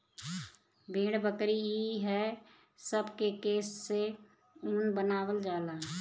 भेड़, बकरी ई हे सब के केश से ऊन बनावल जाला